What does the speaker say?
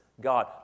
God